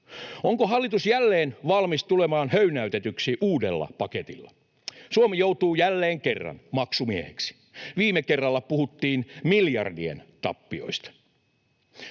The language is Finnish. Onko hallitus jälleen valmis tulemaan höynäytetyksi uudella paketilla? Suomi joutuu jälleen kerran maksumieheksi. Viime kerralla puhuttiin miljardien tappioista.